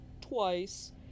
twice